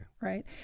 Right